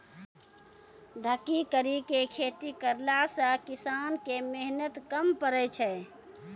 ढकी करी के खेती करला से किसान के मेहनत कम पड़ै छै